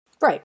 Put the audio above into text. Right